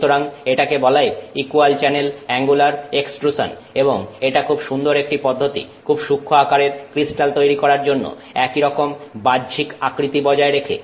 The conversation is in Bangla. সুতরাং এটাকে বলে ইকুয়াল চ্যানেল অ্যাঙ্গুলার এক্সট্রুসান এবং এটা খুব সুন্দর একটি পদ্ধতি খুব সূক্ষ্ম আকারের ক্রিস্টাল তৈরি করার জন্য একই রকম বাহ্যিক আকৃতি বজায় রেখে